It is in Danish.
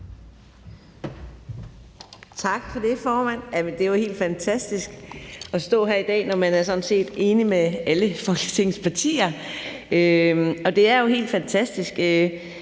Tak for det, formand. Det er jo helt fantastisk at stå her i dag, når man sådan set er enig med alle Folketingets partier. Det er jo helt fantastisk